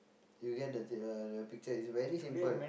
you get the the the picture it's very simple